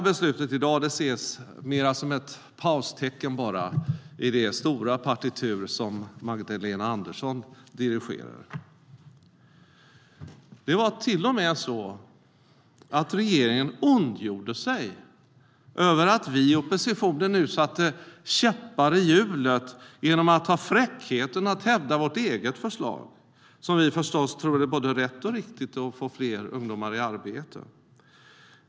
Beslutet i dag ses mer som ett paustecken i det stora partitur som Magdalena Andersson dirigerar. Det var till och med så att regeringen ondgjorde sig över att vi i oppositionen satte käppar i hjulet genom att ha fräckheten att hävda vårt eget förslag, som vi förstås tror är både rätt och riktigt för att få fler ungdomar i arbete.